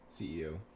CEO